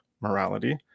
morality